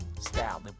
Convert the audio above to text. Style &